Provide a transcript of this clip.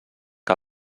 que